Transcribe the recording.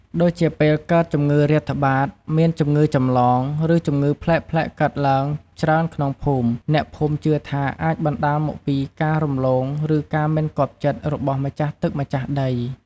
ដូចជាពេលកើតជម្ងឺរាតត្បាត មានជម្ងឺចម្លង ឬជម្ងឺប្លែកៗកើតឡើងច្រើនក្នុងភូមិ អ្នកភូមិជឿថាអាចបណ្តាលមកពីការរំលង ឬការមិនគាប់ចិត្តរបស់ម្ចាស់ទឹកម្ចាស់ដី។